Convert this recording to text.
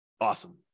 Awesome